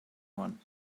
one